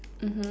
mmhmm